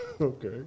Okay